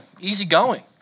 easygoing